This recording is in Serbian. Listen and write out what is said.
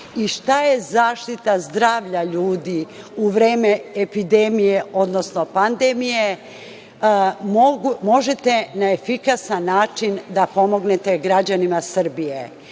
i šta je zaštita zdravlja ljudi, u vreme epidemije, odnosno pandemije, možete na efikasan način da pomognete građanima Srbije. To